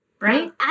right